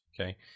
Okay